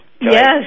Yes